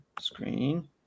screen